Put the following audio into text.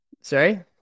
Sorry